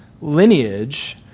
lineage